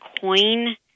coin